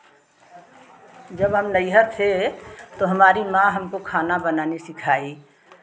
जब हम नैहर थे तो हमारी माँ हमको खाना बनाने सिखाई